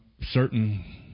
certain